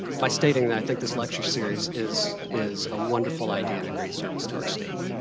by stating that i think this lecture series is is a wonderful idea and a great service to our state.